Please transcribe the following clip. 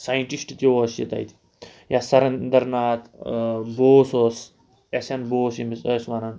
scientist تہِ اوس یہِ تَتہِ یا سَرندر ناتھ بوس اوس اٮ۪س اٮ۪ن بوس ییٚمِس ٲسۍ وَنان